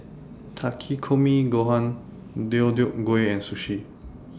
Takikomi Gohan Deodeok Gui and Sushi